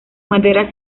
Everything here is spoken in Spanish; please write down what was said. madera